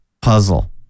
puzzle